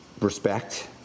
respect